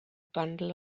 bundle